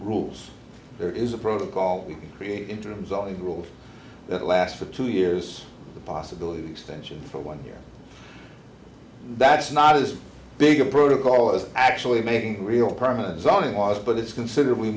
rules there is a protocol we can create in terms of the rules that last for two years the possibility of extension for one year that's not as big a protocol as actually making real promise on it was but it's considerably